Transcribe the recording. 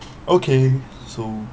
okay so